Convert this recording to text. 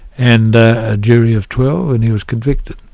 and a jury of twelve, and he was convicted.